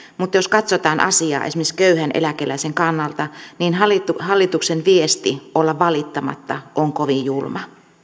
mutta jos katsotaan asiaa esimerkiksi köyhän eläkeläisen kannalta niin hallituksen viesti olla valittamatta on kovin julma